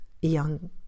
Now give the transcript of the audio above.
young